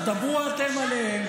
דברו איתם עליהם.